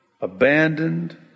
abandoned